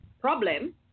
problem